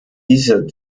dieser